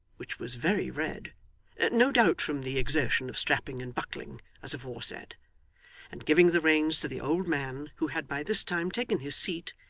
which was very red no doubt from the exertion of strapping and buckling as aforesaid and giving the reins to the old man, who had by this time taken his seat,